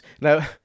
Now